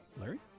Larry